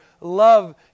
love